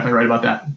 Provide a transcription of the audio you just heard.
right about that.